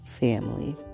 Family